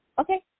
okay